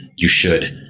you should.